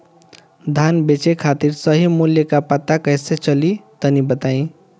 धान बेचे खातिर सही मूल्य का पता कैसे चली तनी बताई?